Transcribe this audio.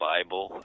Bible